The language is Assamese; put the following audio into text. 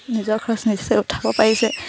নিজৰ খৰচ নিশ্চয় উঠাব পাৰিছে